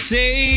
Say